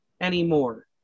anymore